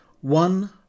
one